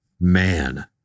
man